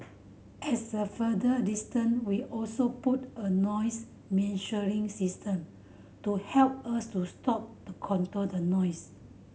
as a further distant we also put a noise measuring system to help us to stop the control the noise